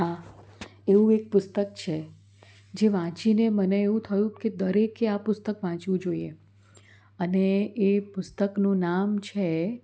હા એવું એક પુસ્તક છે જે વાંચીને મને એવું થયું કે દરેકે આ પુસ્તક વાંચવું જોઈએ અને એ પુસ્તકનું નામ છે